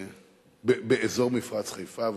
באזור מפרץ חיפה.